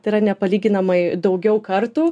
tai yra nepalyginamai daugiau kartų